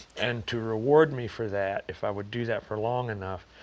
and to reward me for that, if i would do that for long enough,